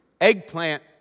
eggplant